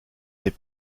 des